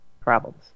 problems